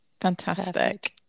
Fantastic